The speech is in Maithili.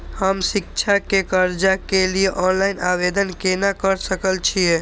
हम शिक्षा के कर्जा के लिय ऑनलाइन आवेदन केना कर सकल छियै?